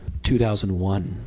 2001